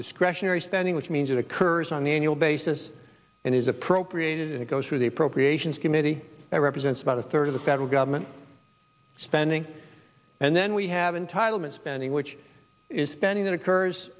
discretionary spending which means it occurs on the annual basis and is appropriated it goes through the appropriations committee it represents about a third of the federal government spending and then we have an title misspending which is spending that occurs